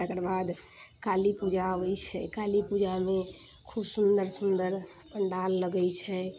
तकर बाद काली पूजा अबै छै काली पूजामे खूब सुन्दर सुन्दर पण्डाल लगै छै